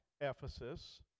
Ephesus